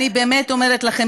אני באמת אומרת לכם,